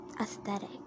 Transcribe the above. aesthetic